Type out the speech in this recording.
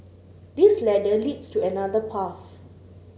this ladder leads to another path